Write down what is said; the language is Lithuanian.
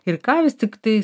ir ką jūs tiktais